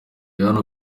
hano